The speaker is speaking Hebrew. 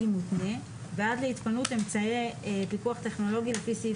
מותנה ועד להתפנות אמצעי פיקוח טכנולוגי לפי סעיף